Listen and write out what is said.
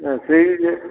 ஆ செய்தி